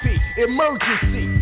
emergency